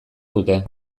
dute